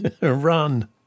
run